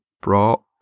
brought